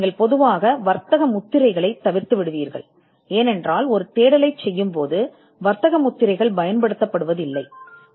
நீங்கள் பொதுவாக வர்த்தக முத்திரைகளைத் தவிர்ப்பீர்கள் ஏனெனில் தேடலைச் செய்யும்போது வர்த்தக முத்திரைகள் பயன்படுத்தப்படாது